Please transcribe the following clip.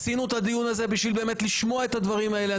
עשינו את הדיון הזה בשביל לשמוע את הדברים האלה.